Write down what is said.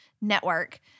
network